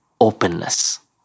openness